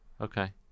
Okay